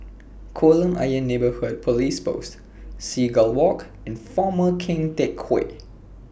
Kolam Ayer Neighbourhood Police Post Seagull Walk and Former Keng Teck Whay